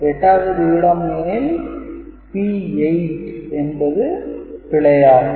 8 வது இடம் எனில் P8 என்பது பிழை ஆகும்